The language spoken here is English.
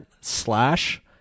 slash